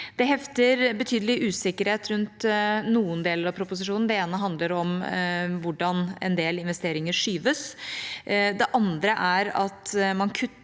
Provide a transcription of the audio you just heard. Det hefter betydelig usikkerhet rundt noen deler av proposisjonen. Det ene handler om hvordan en del investeringer skyves på, det andre er at man kutter